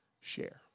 share